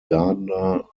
gardner